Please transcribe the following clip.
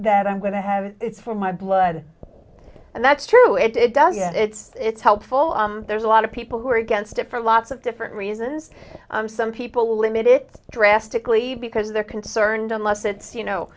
that i'm going to have it's for my blood and that's true it doesn't it's helpful there's a lot of people who are against it for lots of different reasons some people limit it drastically because they're concerned unless it's you know